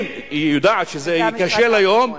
היא יודעת שזה ייכשל היום,